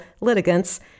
litigants